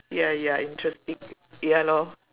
ya ya interesting ya lor